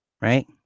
Right